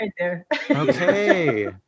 okay